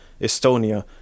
Estonia